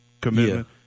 commitment